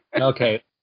Okay